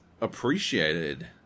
appreciated